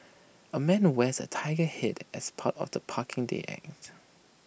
A man wears A Tiger Head as part of the parking day act